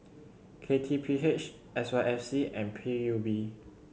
K T P H S Y F C and P U B